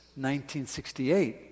1968